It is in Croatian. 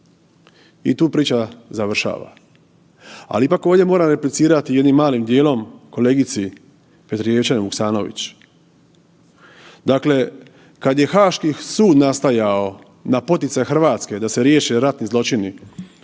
i tu priča završava. Ali ipak ovdje moram replicirati jednim malim dijelom kolegici Petrijevčanin Vuksanović. Dakle, kad je Haški sud nastajao na poticaj RH da se riješe ratni zločini